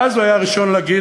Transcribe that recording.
ואז הוא היה הראשון להגיד,